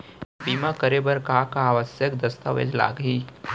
बीमा करे बर का का आवश्यक दस्तावेज लागही